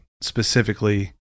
specifically